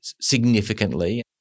significantly